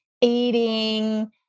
eating